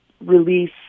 release